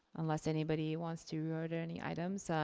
unless anybody wants to reorder any items.